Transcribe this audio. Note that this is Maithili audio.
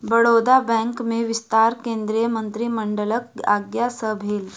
बड़ौदा बैंक में विस्तार केंद्रीय मंत्रिमंडलक आज्ञा सँ भेल